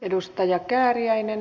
arvoisa puhemies